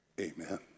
amen